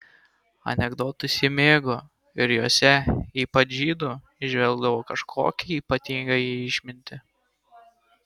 anekdotus ji mėgo ir juose ypač žydų įžvelgdavo kažkokią ypatingą išmintį